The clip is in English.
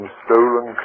stolen